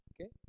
Okay